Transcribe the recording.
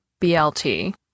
BLT